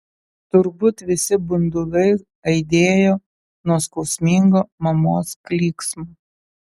turbūt visi bundulai aidėjo nuo skausmingo mamos klyksmo